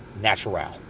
natural